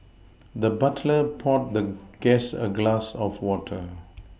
the butler poured the guest a glass of water